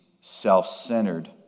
self-centered